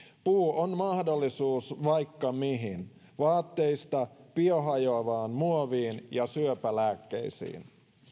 puu on mahdollisuus vaikka mihin vaatteista biohajoavaan muoviin ja syöpälääkkeisiin